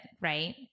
right